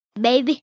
Baby